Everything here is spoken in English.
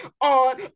on